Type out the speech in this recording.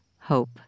Hope